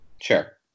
Sure